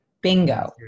Bingo